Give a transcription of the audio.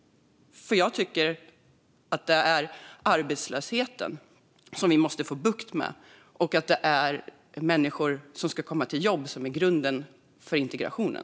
Jag tycker att det är arbetslösheten vi måste få bukt med. Det är att människor kommer till arbete som är grunden för integrationen.